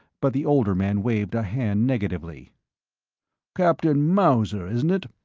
but the older man waved a hand negatively captain mauser, isn't it?